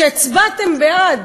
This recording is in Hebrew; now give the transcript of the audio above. כשהצבעתם בעד,